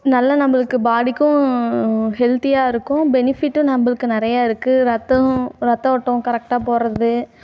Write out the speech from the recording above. நல்ல நம்மளுக்கு பாடிக்கும் ஹெல்த்தியாக இருக்கும் பெனிஃபிட்டும் நம்மளுக்கு நிறைய இருக்குது ரத்தம் ரத்த ஓட்டம் கரெக்டாக போகிறது